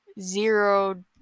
Zero